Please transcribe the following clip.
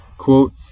Quote